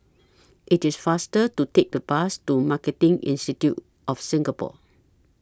IT IS faster to Take The Bus to Marketing Institute of Singapore